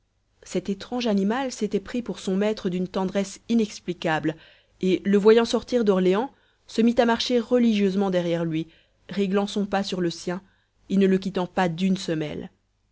cet étrange animal s'était pris pour son maître d'une tendresse inexplicable et le voyant sortir d'orléansville se mit à marcher religieusement derrière lui réglant son pas sur le sien et ne le quittant pas d'une semelle